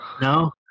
No